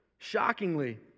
Shockingly